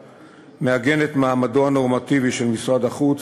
מעגן את מעמדו הנורמטיבי של משרד החוץ,